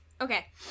Okay